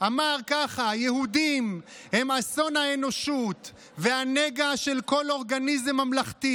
ואמר ככה: היהודים הם אסון האנושות והנגע של כל אורגניזם ממלכתי.